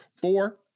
four